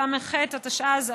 בס"ח התשע"ז,